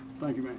thank you